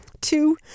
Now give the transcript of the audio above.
Two